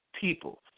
people